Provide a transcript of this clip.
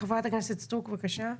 חברת הכנסת סטרוק, בבקשה.